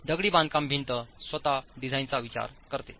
दगडी बांधकाम भिंत स्वतः डिझाइनचा विचार करते